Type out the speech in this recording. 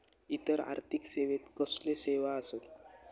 इतर आर्थिक सेवेत कसले सेवा आसत?